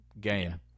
game